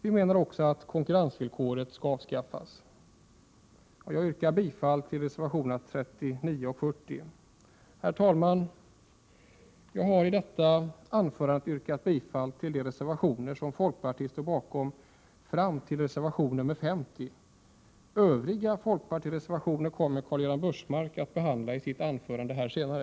Vi menar också att konkurrensvillkoret skall avskaffas, och jag yrkar bifall till reservationerna 39 och 40. Herr talman! Jag har i detta anförande yrkat bifall till de reservationer som folkpartiet står bakom, fram till reservation 50. Övriga folkpartireservationer kommer Karl-Göran Biörsmark att behandla i sitt anförande här senare.